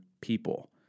people